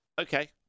okay